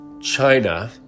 China